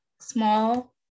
small